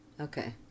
Okay